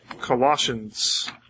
Colossians